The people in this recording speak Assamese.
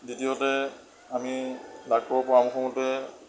দ্বিতীয়তে আমি ডাক্টৰৰ পৰামৰ্শ মতে